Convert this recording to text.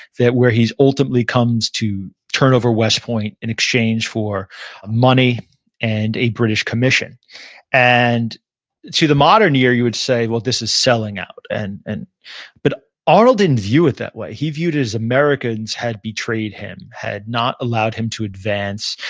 where he ultimately comes to turn over west point in exchange for money and a british commission and to the modern ear, you would say but this is selling out, and and but arnold didn't view it that way. he viewed it as americans had betrayed him, had not allowed him to advance,